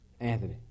Anthony